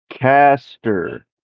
Caster